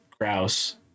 grouse